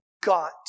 got